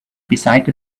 beside